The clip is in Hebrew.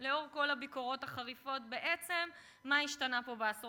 לפרוטוקול מה אתה מבקש לעשות עם